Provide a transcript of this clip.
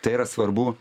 tai yra svarbu